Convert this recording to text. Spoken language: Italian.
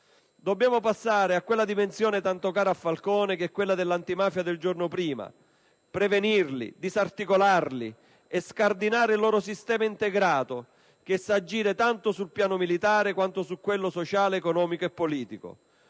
Dobbiamo passare a quella dimensione tanto cara a Falcone che è quella dell'antimafia del giorno prima: prevenirli, disarticolarli, scardinare il loro sistema integrato che sa agire tanto sul piano militare quanto su quello sociale, economico e politico.